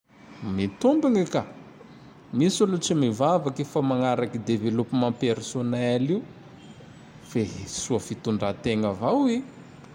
Mitombigne ka! Misy olo tsy mivavake fa magnaraky Developement Personel io, fehe soa fitondrategna avao i.